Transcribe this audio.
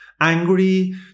angry